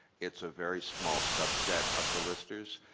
it's a very small subset of the listers.